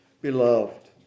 Beloved